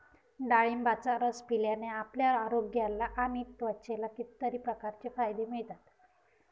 डाळिंबाचा रस पिल्याने आपल्या आरोग्याला आणि त्वचेला कितीतरी प्रकारचे फायदे मिळतात